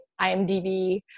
IMDb